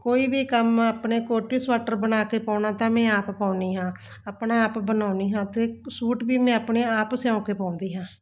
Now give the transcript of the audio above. ਕੋਈ ਵੀ ਕੰਮ ਆਪਣੇ ਕੋਟੀ ਸੁਐਟਰ ਬਣਾ ਕੇ ਪਾਉਣਾ ਤਾਂ ਮੈਂ ਆਪ ਪਾਉਂਦੀ ਹਾਂ ਆਪਣਾ ਆਪ ਬਣਾਉਂਦੀ ਹਾਂ ਅਤੇ ਸੂਟ ਵੀ ਮੈਂ ਆਪਣੇ ਆਪ ਸਿਓਂ ਕੇ ਪਾਉਂਦੀ ਹਾਂ